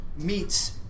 meets